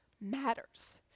matters